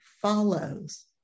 follows